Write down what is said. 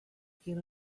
get